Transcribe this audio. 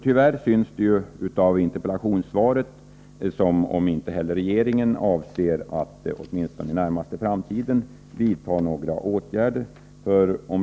Tyvärr verkar det, av interpellationssvaret att döma, som om inte heller regeringen avser att under den närmaste framtiden vidta några åtgärder.